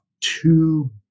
two